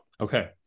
Okay